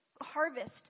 harvest